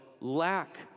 lack